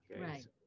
Right